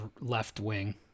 left-wing